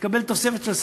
תקבל תוספת של שכר,